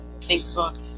Facebook